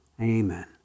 Amen